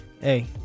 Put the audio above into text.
hey